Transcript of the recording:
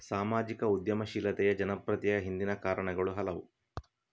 ಸಾಮಾಜಿಕ ಉದ್ಯಮಶೀಲತೆಯ ಜನಪ್ರಿಯತೆಯ ಹಿಂದಿನ ಕಾರಣಗಳು ಹಲವು